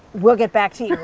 we'll get back to